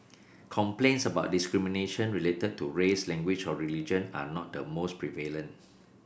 complaints about discrimination related to race language or religion are not the most prevalent